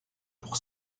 pour